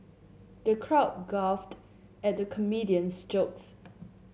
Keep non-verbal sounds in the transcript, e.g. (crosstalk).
the crowd (unintelligible) at the comedian's jokes